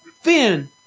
Finn